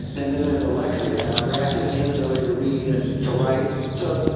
and then there's alexia and agraphia, inability to read and to write. so,